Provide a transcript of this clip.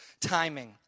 timing